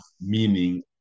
meaning